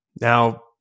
Now